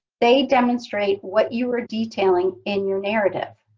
they demonstrate what you are detailing in your narrative.